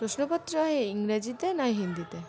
প্রশ্নপত্র হয় ইংরাজিতে নয় হিন্দিতে